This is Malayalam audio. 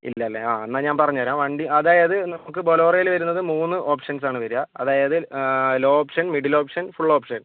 ഇല്ലല്ലേ എന്നാൽ ഞാൻ പറഞ്ഞുതരാം വണ്ടി അതായത് നമുക്ക് ബൊലേറോയിൽ വരുന്നത് മൂന്ന് ഓപ്ഷൻസാണ് വരിക അതായത് low option middle option full option